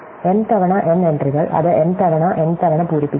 m തവണ n എൻട്രികൾ അത് m തവണ n തവണ പൂരിപ്പിക്കുന്നു